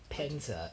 panjang tahun